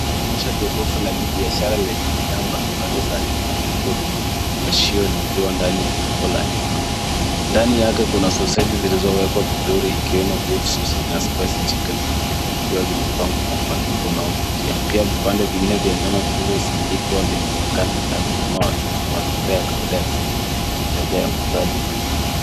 Inaonyesha jokofu la kibiashara lenye bidhaa mbali mbali za nyama zilizo kwenye vifungashio, likiwa ndani ya soko la nyama. Ndani yake kuna soseji zilizowekwa vizuri ikiwemo beef sausages na spice chicken sausage zikiwa zimepangwa kwa mpangilio unaovutia. Pia vipande vingine vya nyama vilivyosindikwa vinaonekana, hali inayoakisi mazingira ya kawaida ya soko ya rejareja ya uuzaji wa nyama.